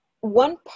one